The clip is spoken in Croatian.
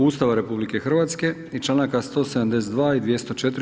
Ustava RH i članaka 172. i 204.